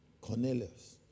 Cornelius